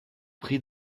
prix